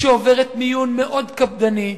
שעוברת מיון מאוד קפדני,